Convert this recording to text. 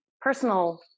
personal